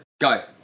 Go